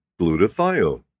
glutathione